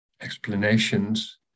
explanations